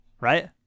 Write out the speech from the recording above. right